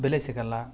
ಬೆಲೆ ಸಿಗಲ್ಲ